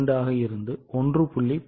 2 ஆக இருந்து 1